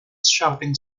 shopping